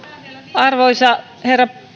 arvoisa herra